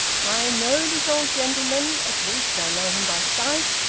i know this old gentleman, at least i know him by sight,